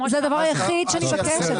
זה הדבר היחיד שאני מבקשת.